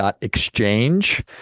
Exchange